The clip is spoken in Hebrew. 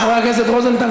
חבר הכנסת רוזנטל,